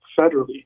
federally